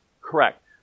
correct